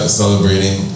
celebrating